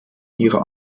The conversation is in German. ihrer